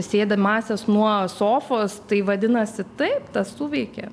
sėdimąsias nuo sofos tai vadinasi taip tas suveikė